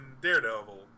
Daredevil